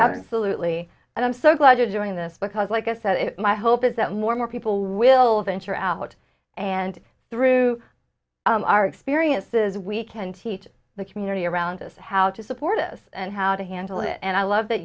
absolutely and i'm so glad you're doing this because like i said it my hope is that more more people will venture out and through our experiences we can teach the community around us how to support us and how to handle it and i love